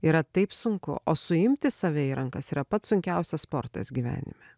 yra taip sunku o suimti save į rankas yra pats sunkiausias sportas gyvenime